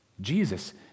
Jesus